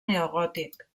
neogòtic